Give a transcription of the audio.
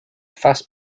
fast